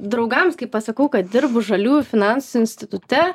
draugams kai pasakau kad dirbu žaliųjų finansų institute